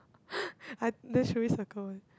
I then should we circle it